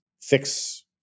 fix